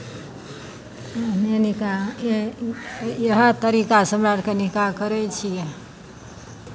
अहिने निकाहके यह इएह तरीकासँ हमरा अरके निकाह करै छियै